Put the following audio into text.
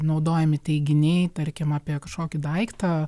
naudojami teiginiai tarkim apie kažkokį daiktą